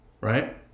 Right